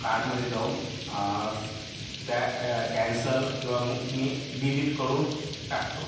कार्टमध्ये जाऊन त्या कॅन्सल किंवा मग मी डिलीट करून टाकतो